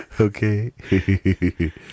Okay